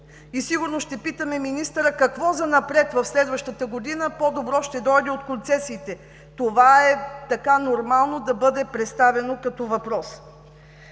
Сигурно ще питаме министъра какво занапред, в следващата година, по-добро ще дойде от концесиите? Това е нормално да бъде поставено като въпрос.